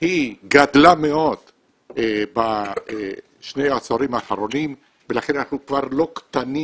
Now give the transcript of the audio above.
גדלה מאוד בשני העשורים האחרונים ולכן אנחנו כבר לא קטנים